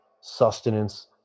sustenance